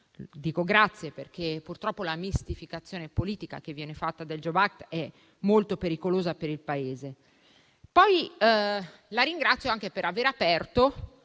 Dico grazie perché, purtroppo, la mistificazione politica che viene fatta del *jobs act* è molto pericolosa per il Paese. La ringrazio, inoltre, anche per aver aperto,